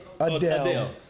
Adele